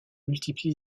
multiplie